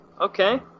Okay